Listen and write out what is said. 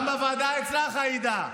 גם בוועדה אצלך, עאידה,